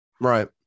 right